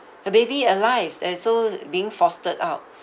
the baby alives and so being fostered out